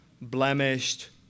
blemished